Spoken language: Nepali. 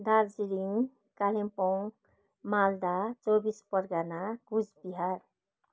दार्जिलिङ कालिम्पोङ मालदा चौबिस परगना कुचबिहार